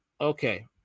Okay